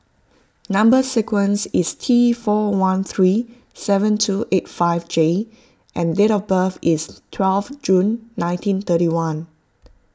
Number Sequence is T four one three seven two eight five J and date of birth is twelve June nineteen thirty one